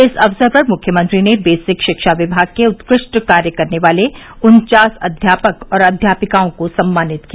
इस अवसर पर मुख्यमंत्री ने बेसिक शिक्षा विभाग के उत्कृष्ट कार्य करने वाले उन्चास अध्यापक और अध्यापिकाओं को सम्मानित किया